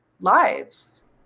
lives